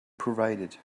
provided